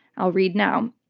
i'll read now.